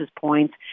points